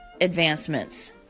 advancements